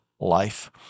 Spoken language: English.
life